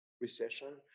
recession